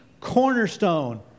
cornerstone